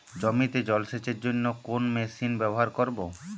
জমিতে জল সেচের জন্য কোন মেশিন ব্যবহার করব?